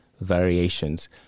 variations